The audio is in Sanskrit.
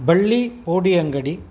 बल्लीपोडियङ्गडि